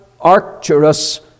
Arcturus